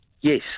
Yes